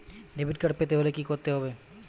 Debit card পেতে হলে কি করতে হবে?